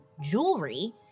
jewelry